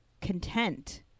content